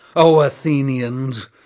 o athenians,